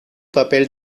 papel